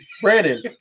Brandon